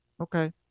Okay